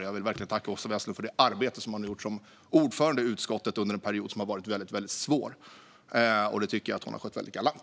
Och jag vill verkligen tacka Åsa Westlund för det arbete som hon har gjort som ordförande i utskottet under en period som har varit väldigt svår. Det tycker jag att hon har skött galant.